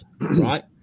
right